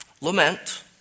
Lament